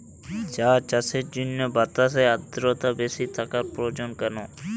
চা চাষের জন্য বাতাসে আর্দ্রতা বেশি থাকা প্রয়োজন কেন?